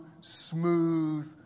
smooth